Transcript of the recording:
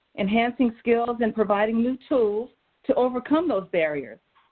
enhancing skills, and providing new tools to overcome those barriers.